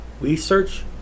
research